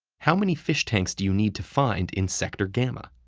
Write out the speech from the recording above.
how many fish tanks do you need to find in sector gamma?